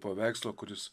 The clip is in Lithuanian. paveikslo kuris